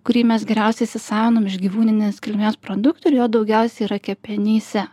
kurį mes geriausiai įsisavinam iš gyvūninės kilmės produktų ir jo daugiausiai yra kepenyse